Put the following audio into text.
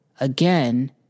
again